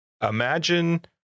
Imagine